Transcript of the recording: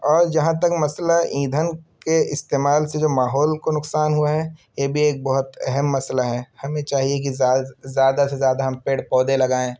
اور جہاں تک مسئلہ ایندھن کے استعمال سے جو ماحول کو نقصان ہوا ہے یہ بھی ایک بہت اہم مسئلہ ہے ہمیں چاہیے کہ زیادہ سے زیادہ ہم پیڑ پودے لگائیں